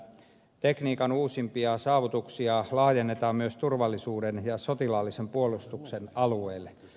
tekniikan uusimpia saavutuksia laajennetaan myös turvallisuuden ja sotilaallisen puolustuksen alueelle